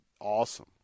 awesome